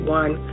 one